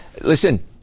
Listen